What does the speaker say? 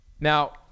Now